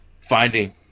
finding